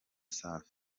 safi